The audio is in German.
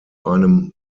einem